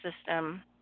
system